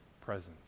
presence